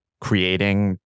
creating